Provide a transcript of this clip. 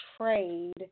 trade